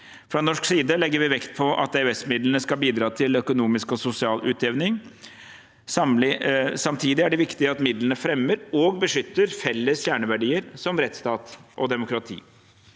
Fra norsk side legger vi vekt på at EØS-midlene skal bidra til økonomisk og sosial utjevning. Samtidig er det viktig at midlene fremmer og beskytter felles kjerneverdier som rettsstat og demokrati.